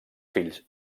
fills